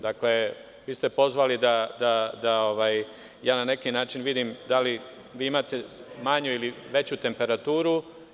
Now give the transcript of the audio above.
Dakle, vi ste pozvali da ja na neki način vidim da li vi imate veću ili manju temperaturu.